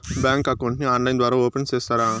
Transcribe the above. Bank account ని online ద్వారా open సేస్తారా?